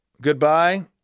Goodbye